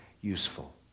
useful